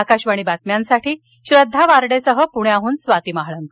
आकाशवाणी बातम्यांसाठी श्रद्वा वार्डेसह पुण्याहन स्वाती महाळंक